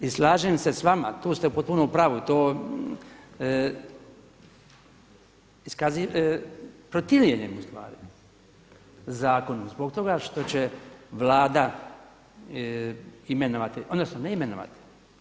I slažem se sa vama, tu ste potpuno u pravu, to protivljenje u stvari zakonu zbog toga što će Vlada imenovati, odnosno neimenovati.